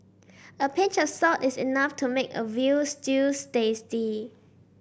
a pinch of salt is enough to make a veal stew tasty